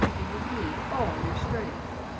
and you need all your strength.